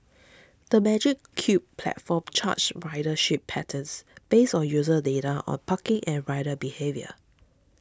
the Magic Cube platform charts ridership patterns based on user data on parking and rider behaviour